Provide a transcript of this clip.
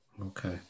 Okay